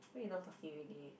why you not talking already